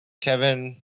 Kevin